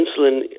insulin